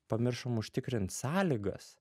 pamiršom užtikrint sąlygas